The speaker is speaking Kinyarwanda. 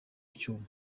icyuma